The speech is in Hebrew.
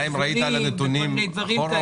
מה